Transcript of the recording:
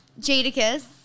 Jadakiss